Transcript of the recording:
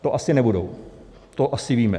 To asi nebudou, to asi víme.